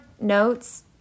notes